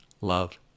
Love